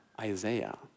Isaiah